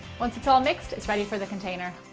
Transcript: once it's all mixed, it's ready for the container.